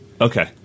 okay